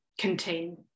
contain